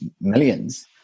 millions